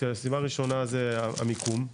הסיבה הראשונה זה המיקום.